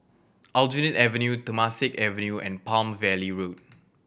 Aljunied Avenue Temasek Avenue and Palm Valley Road